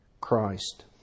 Christ